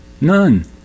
None